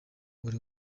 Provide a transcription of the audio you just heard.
buri